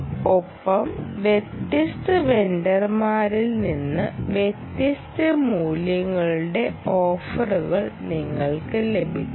ഒപ്പം വ്യത്യസ്ത വെണ്ടർമാരിൽ നിന്ന് വ്യത്യസ്ത മൂല്യങ്ങളുടെ ഓഫറുകൾ നിങ്ങൾക്ക് ലഭിക്കും